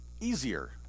easier